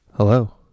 Hello